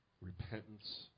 repentance